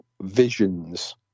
visions